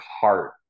heart